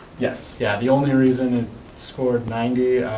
yes, yeah the only reason it scored ninety,